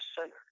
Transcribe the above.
sinner